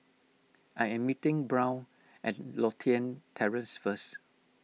I am meeting Brown at Lothian Terrace first